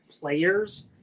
players